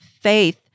faith